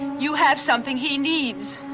you have something he needs.